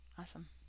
awesome